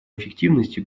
эффективности